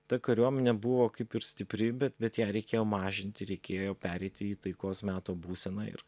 ta kariuomenė buvo kaip ir stipri bet bet ją reikėjo mažinti reikėjo pereiti į taikos meto būseną ir